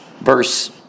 verse